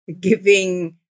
giving